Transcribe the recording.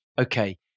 Okay